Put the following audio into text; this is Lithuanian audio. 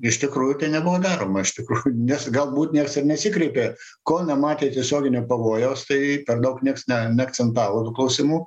iš tikrųjų tai nebuvo daroma iš tikrųjų nes galbūt nieks ir nesikreipė kol nematė tiesioginio pavojaus tai per daug nieks neakcentavo klausimų